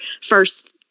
first